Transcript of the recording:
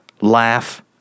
laugh